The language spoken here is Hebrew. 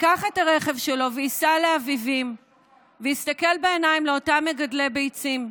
שייקח את הרכב שלו וייסע לאביבים ויסתכל בעיניים לאותם מגדלי ביצים,